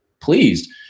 pleased